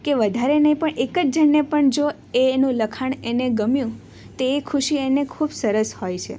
કે વધારે નહીં પણ એક જ જણને પણ જો એ એનું લખાણ એને ગમ્યું તે એ ખુશી એને ખૂબ સરસ હોય છે